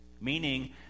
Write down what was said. Meaning